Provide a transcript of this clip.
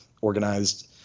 organized